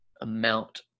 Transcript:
amount